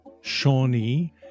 Shawnee